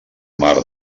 mar